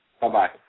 Bye-bye